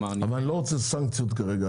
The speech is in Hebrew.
אבל אני לא רוצה סנקציות כרגע,